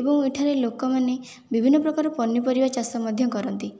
ଏବଂ ଏଠାରେ ଲୋକମାନେ ବିଭିନ୍ନ ପ୍ରକାର ପନିପରିବା ଚାଷ ମଧ୍ୟ କରନ୍ତି